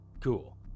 Cool